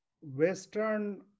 Western